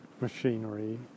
machinery